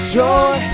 joy